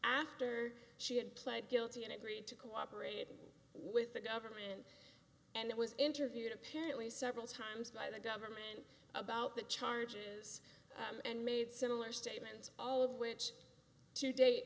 after she had pled guilty and agreed to cooperate with the government and that was interviewed apparently several times by the government about the charges and made similar statements all of which to